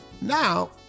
Now